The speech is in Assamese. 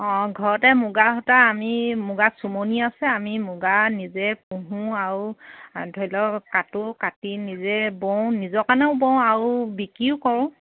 অঁ ঘৰতে মুগা সূতা আনি মুগা চুমনি আছে আমি মুগা নিজে পোহোঁ আৰু ধৰি লওক কাটো কাটি নিজে বওঁ নিজৰ কাৰণেও বওঁ আৰু বিক্ৰীও কৰোঁ